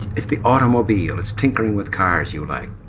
it's the automobile. it's tinkering with cars you like?